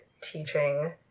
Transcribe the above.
teaching